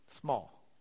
small